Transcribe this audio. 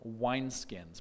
wineskins